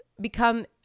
become